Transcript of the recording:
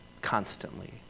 constantly